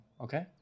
Okay